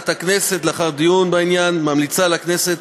של חברת הכנסת סתיו שפיר וקבוצת חברי הכנסת,